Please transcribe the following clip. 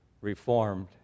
Reformed